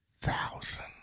thousand